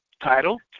title